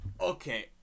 Okay